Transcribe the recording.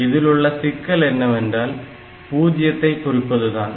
இதிலுள்ள சிக்கல் என்னவென்றால் பூஜ்ஜியத்தை குறிப்பதுதான்